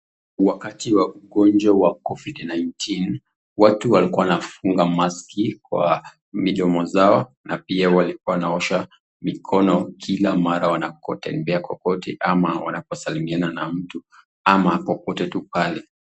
Wakati wa ugonjwa wa Covid nineteen , watu walikua wanafunga maski kwa midomo zao na pia walikua wanaosha kila mara wanakotembea popote ama wanaposalimiana na mtu ama popote pale.